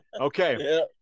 Okay